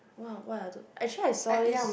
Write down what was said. what what are those actually I saw this